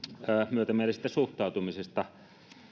myötämielisestä suhtautumisesta